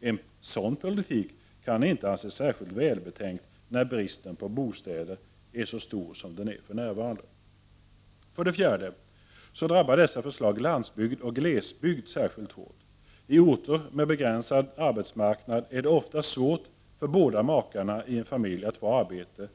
En sådan politik kan inte anses särskilt välbetänkt när bristen på bostäder är så stor som för närvarande. För det fjärde drabbar dessa förslag landsbygd och glesbygd särskilt hårt. I orter med begränsad arbetsmarknad är det ofta svårt för båda makarna i en familj att få arbete.